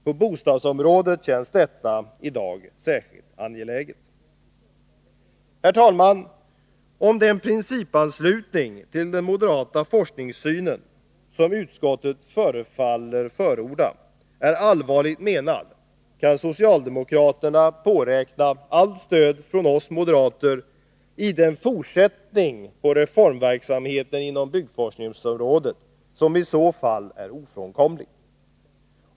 På bostadsområdet känns detta i dag särskilt angeläget. Herr talman! Om den principanslutning till den moderata forskningssynen som utskottet förefaller förorda är allvarligt menad kan socialdemokraterna påräkna allt stöd från oss moderater i den fortsättning av reformverksamheten inom byggforskningsområdet som i så fall är ofrånkomlig.